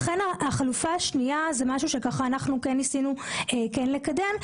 לכן החלופה השנייה זאת חלופה שאנחנו ניסינו לקדם,